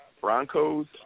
Broncos